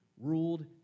ruled